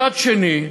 מצד שני,